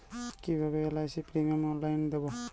কিভাবে LIC premium অনলাইনে দেবো?